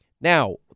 Now